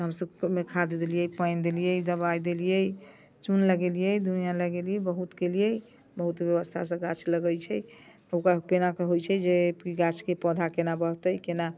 हम सभ ओइमे खाद देलियै पानि देलियै दवाइ देलियै चून लगेलियै धुइयाँ लगेलियै बहुत केलियै बहुत व्यवस्थासँ गाछ लगै छै ओकरा केनाके होइ छै जे गाछके पौधा केना बढ़तै केना